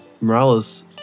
Morales